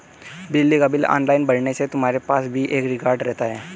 बिजली का bill online भरने से तुम्हारे पास भी एक रिकॉर्ड रहता है